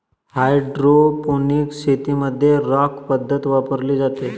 hydroponics शेतीमध्ये rock पद्धत वापरली जाते